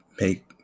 make